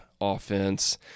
offense